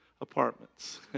Apartments